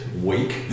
weak